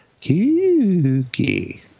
Kooky